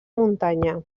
muntanya